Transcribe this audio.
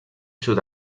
sud